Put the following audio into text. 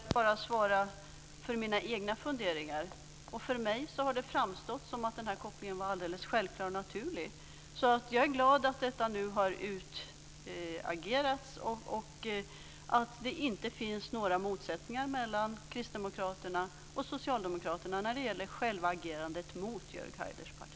Herr talman! Jag kan självfallet bara svara för mina egna funderingar. För mig har det framstått som om kopplingen var självklar och naturlig. Jag är glad att detta har utretts och att det inte finns några motsättningar mellan kristdemokraterna och socialdemokraterna i agerandet mot Jörg Haiders parti.